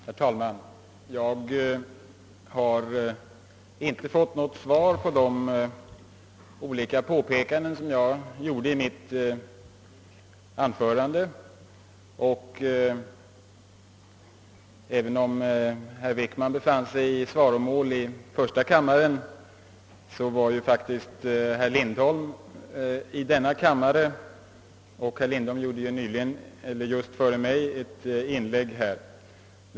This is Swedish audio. Herr talman! Jag har inte fått något svar på de olika påpekanden som jag gjorde i mitt anförande. Även om herr Wickman befann sig i svaromål i första kammaren så fanns faktiskt herr Lindholm i denna kammare och herr Lindholm gjorde just före mig ett inlägg i frågan.